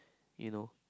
you know